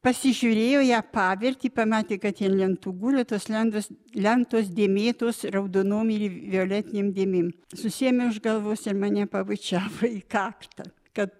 pasižiūrėjo ją pavertė pamatė kad ji ant lentų guli tos lentos lentos dėmėtos raudonom ir violetinėm dėmėm susiėmė už galvos ir mane pabučiavo į kaktą kad